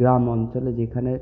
গ্রাম অঞ্চলে যেখানে